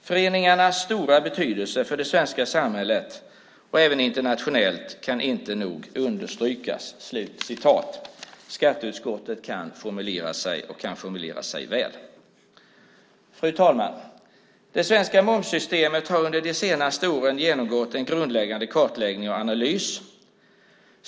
Föreningarnas stora betydelse för det svenska samhället, och även internationellt, kan inte nog understrykas." Skatteutskottet kan formulera sig väl. Fru talman! Det svenska momssystemet har under de senaste åren genomgått en grundläggande kartläggning och analys.